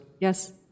Yes